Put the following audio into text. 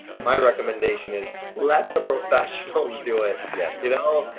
my recommendation is let the professionals do it. yes. you know,